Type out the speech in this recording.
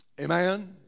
Amen